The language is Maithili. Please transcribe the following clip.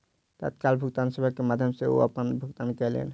तत्काल भुगतान सेवा के माध्यम सॅ ओ अपन भुगतान कयलैन